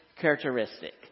characteristic